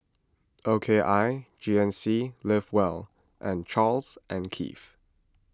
O K I G N C Live Well and Charles and Keith